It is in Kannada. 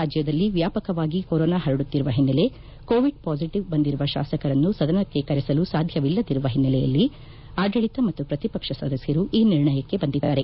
ರಾಜ್ಯದಲ್ಲಿ ವ್ಯಾಪಕವಾಗಿ ಕೊರೊನಾ ಹರಡುತ್ತಿರುವ ಹಿನ್ನೆಲೆ ಕೋವಿಡ್ ಪಾಸಿಟವ್ ಬಂದಿರುವ ಶಾಸಕರನ್ನು ಸದನಕ್ಕೆ ಕರೆಸಲು ಸಾಧ್ಯವಿಲ್ಲದಿರುವ ಹಿನ್ನೆಲೆಯಲ್ಲಿ ಆಡಳಿತ ಮತ್ತು ಪ್ರತಿಪಕ್ಷ ಸದಸ್ಕರು ಈ ನಿರ್ಣಯಕ್ಕೆ ಬಂದಿದ್ದಾರೆ